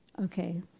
Okay